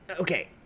Okay